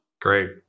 Great